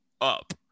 up